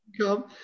Come